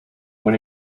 went